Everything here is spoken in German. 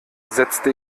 setzte